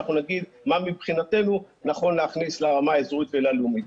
אנחנו נגיד מה מבחינתנו נכון להכניס לרמה האזורית וללאומית.